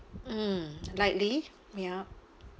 mm likely ya